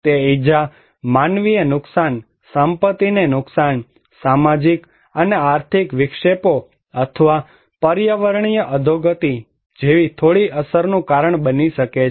તે ઇજા માનવીય નુકસાન સંપત્તિને નુકસાન સામાજિક અને આર્થિક વિક્ષેપો અથવા પર્યાવરણીય અધોગતિ જેવી થોડી અસરનું કારણ બની શકે છે